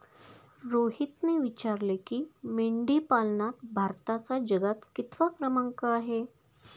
रोहितने विचारले की, मेंढीपालनात भारताचा जगात कितवा क्रमांक आहे?